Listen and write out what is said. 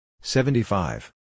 seventy-five